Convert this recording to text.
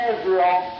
Israel